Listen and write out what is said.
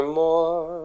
more